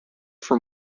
from